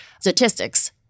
statistics